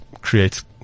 creates